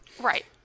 Right